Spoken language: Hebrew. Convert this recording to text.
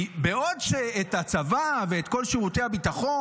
כי בעוד שאת הצבא ואת כל שירותי הביטחון